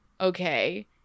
okay